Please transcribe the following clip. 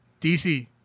DC